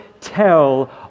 tell